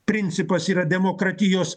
principas yra demokratijos